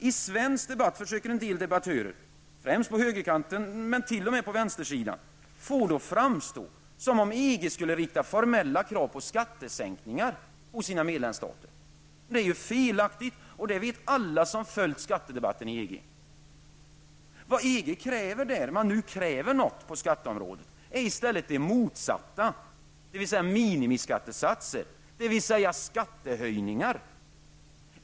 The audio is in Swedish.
I svensk debatt försöker en del debattörer, främst på högerkanten men t.o.m. också på vänstersidan, framställa det hela så, att EG skulle rikta formella krav på skattesänkningar hos sina medlemsstater. Det är felaktigt, och det vet alla som har följt skattedebatten i EG. Vad EG kräver, i den mån man kräver något på skatteområdet, är i stället motsatsen. Jag tänker då på detta med minimiskattsatser, dvs. skattehöjningar.